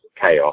chaos